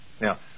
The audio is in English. Now